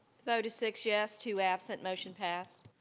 vote is six yes two absent motion passed.